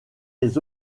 des